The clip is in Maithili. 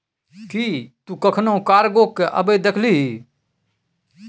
कि तु कखनहुँ कार्गो केँ अबैत देखलिही?